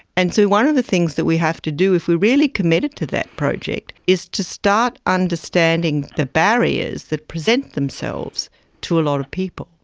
and so one of the things that we have to do if we are really committed to that project is to start understanding the barriers that present themselves to a lot of people,